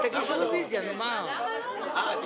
הצבעה בעד, 8